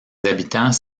habitants